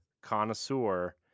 connoisseur